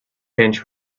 change